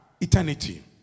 Eternity